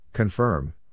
Confirm